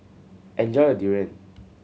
enjoy your durian